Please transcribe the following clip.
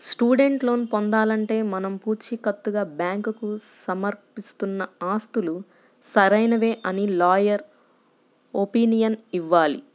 student loan పొందాలంటే మనం పుచీకత్తుగా బ్యాంకుకు సమర్పిస్తున్న ఆస్తులు సరైనవే అని లాయర్ ఒపీనియన్ ఇవ్వాలి